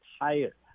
higher